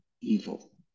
evil